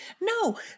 No